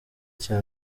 cya